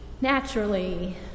naturally